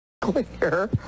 clear